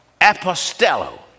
Apostello